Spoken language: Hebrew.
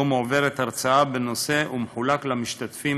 שבו מועברת הרצאה בנושא ומחולק למשתתפים